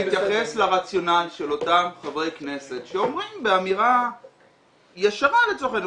בהתייחס לרציונל של אותם חברי כנסת שאומרים באמירה ישרה לצורך העניין,